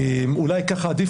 אולי ככה עדיף,